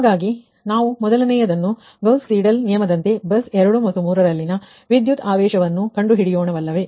ಹಾಗಾಗಿ ನಾವು ಮೊದಲನೆಯದನ್ನು ಗೌಸ್ ಸೀಡಲ್ ನಿಯಮದಂತೆ ಬಸ್ 2 ಮತ್ತು 3 ರಲ್ಲಿನ ವಿದ್ಯುತ್ಆವೇಶಅನ್ನು ಕಂಡುಹಿಡಿಯೋಣ ಅಲ್ಲವೇ